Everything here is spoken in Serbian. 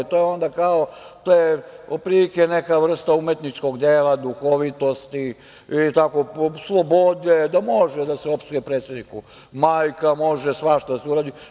To je otprilike neka vrsta umetničkog dela, duhovitosti, slobode, da može da se opsuje predsedniku majka, može svašta da se uradi.